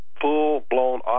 full-blown